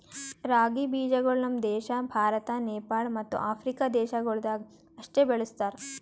ರಾಗಿ ಬೀಜಗೊಳ್ ನಮ್ ದೇಶ ಭಾರತ, ನೇಪಾಳ ಮತ್ತ ಆಫ್ರಿಕಾ ದೇಶಗೊಳ್ದಾಗ್ ಅಷ್ಟೆ ಬೆಳುಸ್ತಾರ್